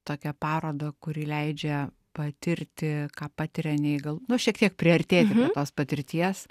tokią parodą kuri leidžia patirti ką patiria neįg nu šiek tiek priartėti prie tos patirties